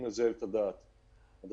אני